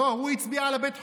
הוא הצביע על בית החולים.